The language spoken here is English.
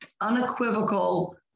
unequivocal